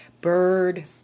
bird